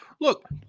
Look